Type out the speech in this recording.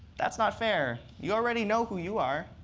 that's not fair. you already know who you are,